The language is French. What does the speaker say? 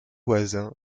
voisins